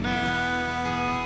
now